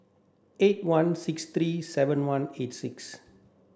eight one six three seven one eight six